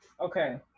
Okay